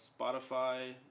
Spotify